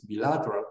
bilateral